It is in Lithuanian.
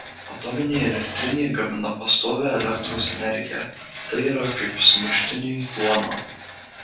atominė elektrinė gamina pastovią elektros energiją tai yra kaip sumuštiniui duona